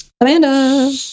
Amanda